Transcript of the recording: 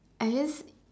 I just